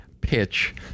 Pitch